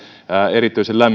erityisen